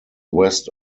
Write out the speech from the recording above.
west